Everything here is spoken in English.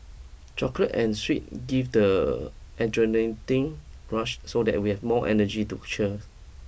chocolate and sweet give the rush so that we have more energy to cheer